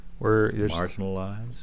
Marginalized